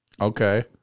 Okay